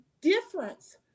difference